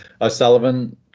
O'Sullivan